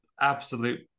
absolute